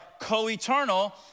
co-eternal